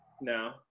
No